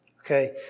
Okay